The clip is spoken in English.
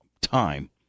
time